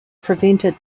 prevented